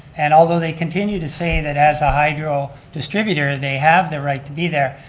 and although they continue to say that as a hydro-distributor, they have the right to be there,